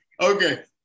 Okay